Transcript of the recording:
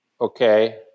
okay